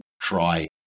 try